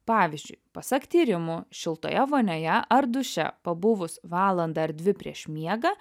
pavyzdžiui pasak tyrimų šiltoje vonioje ar duše pabuvus valandą ar dvi prieš miegą